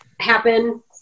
happen